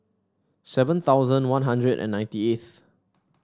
seven thousand One Hundred and ninety eighth